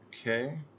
Okay